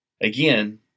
Again